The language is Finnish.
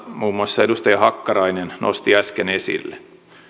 muun muassa edustaja hakkarainen nosti äsken esille